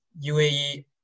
UAE